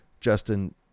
Justin